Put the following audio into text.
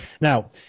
Now